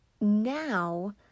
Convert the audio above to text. now